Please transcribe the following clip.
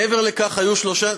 מעבר לכך, היו שלושה,